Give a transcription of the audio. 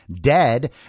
dead